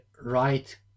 right